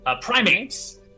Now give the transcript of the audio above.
Primates